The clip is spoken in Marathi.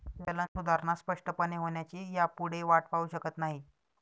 चलन सुधारणा स्पष्टपणे होण्याची ह्यापुढे वाट पाहु शकत नाही